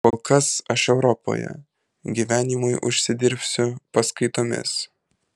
kol kas aš europoje gyvenimui užsidirbsiu paskaitomis